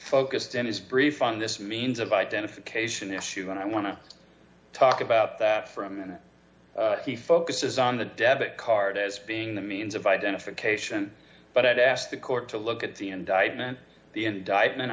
focused in his brief on this means of identification issue and i want to talk about that for a minute he focuses on the debit card as being the means of identification but i'd ask the court to look at the indictment the indictment